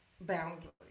boundaries